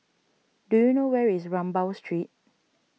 do you know where is Rambau Street